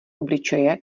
obličeje